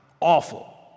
awful